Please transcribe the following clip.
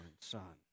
son